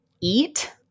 eat